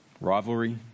Rivalry